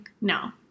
No